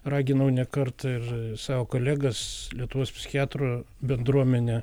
raginau ne kartą ir savo kolegas lietuvos psichiatrų bendruomenę